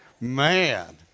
Man